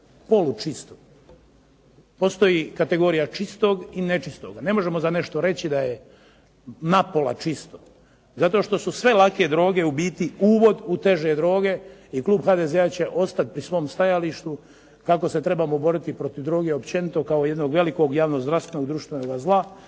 polučisto. Postoji kategorija čistog i nečistog. Ne možemo za nešto reći da je na pola čisto zato što su sve lake droge u biti uvod u teže droge i klub HDZ-a će ostati pri svom stajalištu kako se trebamo boriti protiv droge općenito kao jednog velikog javno-zdravstvenog društvenoga zla